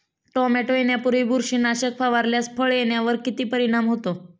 Tomato येण्यापूर्वी बुरशीनाशक फवारल्यास फळ येण्यावर किती परिणाम होतो?